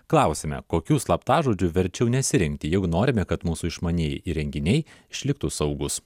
klausėme kokių slaptažodžių verčiau nesirinkti juk norime kad mūsų išmanieji įrenginiai išliktų saugūs